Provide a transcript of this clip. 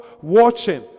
watching